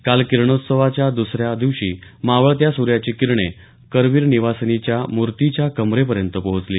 काल किरणोत्सवाच्या दुसऱ्या दिवशी मावळत्या सूर्याची किरणे करवीर निवासिनीच्या मूर्तीच्या कमरेपर्यंत पोहोचली